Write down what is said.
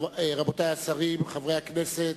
רבותי השרים, חברי הכנסת,